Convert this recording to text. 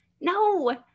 no